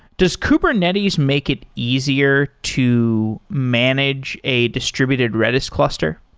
does kubernetes make it easier to manage a distributed redis cluster?